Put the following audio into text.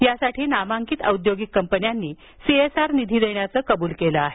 यासाठी नामांकित औद्योगिक कंपन्यानी सीएसआर फंडातून निधी देण्याचं कबूल केलं आहे